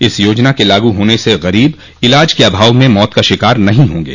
इस योजना के लाग् होने से ग़रीब इलाज के अभाव में मौत का शिकार नहीं होंगे